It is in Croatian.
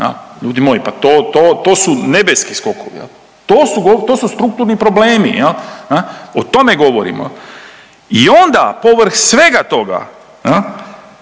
Ljudi moji, pa to, to, to su nebeski skokovi jel, to su, to su strukturni problemi jel, o tome govorimo. I onda povrh svega toga